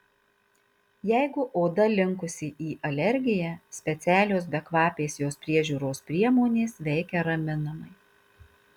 jeigu oda linkusi į alergiją specialios bekvapės jos priežiūros priemonės veikia raminamai